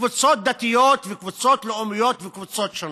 כקבוצות דתיות וקבוצות לאומיות וקבוצות שונות.